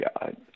God